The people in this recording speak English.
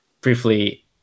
briefly